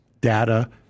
data